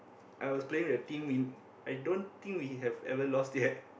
I was playing with a team in I don't think we have ever lost yet